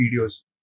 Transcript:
videos